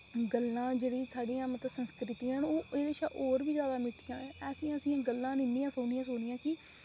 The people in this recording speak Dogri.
गल्लां जेह्ड़ियां साढ़ियां मतलब संस्कृतियां न ओह् एह्दे शा और बी ज्यादा मिट्ठियां न ऐसियां ऐसियां गल्लां न इन्नियां सोनियां सोनियां कि